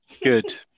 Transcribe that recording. good